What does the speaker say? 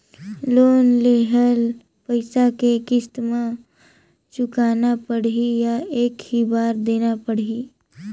Loan लेहल पइसा के किस्त म चुकाना पढ़ही या एक ही बार देना पढ़ही?